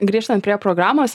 grįžtant prie programos